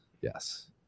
yes